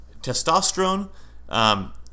Testosterone